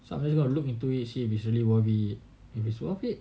sometimes you got to look into it and see if it is worth it if it is worth it